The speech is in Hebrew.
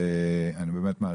אני באמת מעריך.